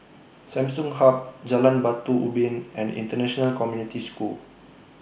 Samsung Hub Jalan Batu Ubin and International Community School